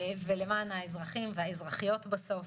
ולמען האזרחים והאזרחיות בסוף.